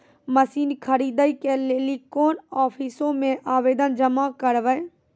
Machine खरीदै के लेली कोन आफिसों मे आवेदन जमा करवै?